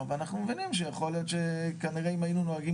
ואנחנו מבינים שיכול להיות שכנראה אם היינו נוהגים